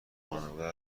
خانواده